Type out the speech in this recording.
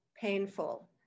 painful